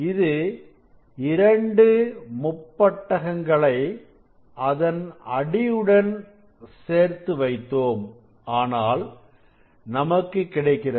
இது 2 முப்பட்டகங்களை அதன் அடியுடன் சேர்த்து வைத்தோம் ஆனால் நமக்கு கிடைக்கிறது